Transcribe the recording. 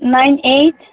nine eight